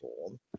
form